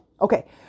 Okay